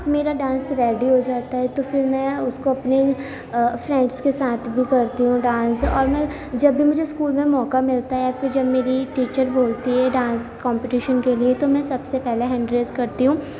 میرا dance ready ہوجاتا ہے تو پھر میں اس کو اپنی فرینڈس کے ساتھ بھی کرتی ہوں ڈانس اور میں جب بھی مجھے اسکول میں موقع ملتا ہے پھر جب میری ٹیچر بولتی ہے ڈانس کمپٹیشن کے لیے تو میں سب سے پہلے ہینڈ ریج کرتی ہوں